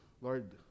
Lord